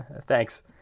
Thanks